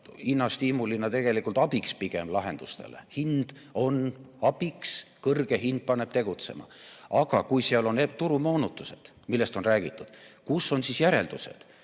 hinnastiimulina tegelikult pigem lahendustele abiks. Hind on abiks, kõrge hind paneb tegutsema. Aga kui seal on turumoonutused, millest on räägitud, kus on siis järeldused?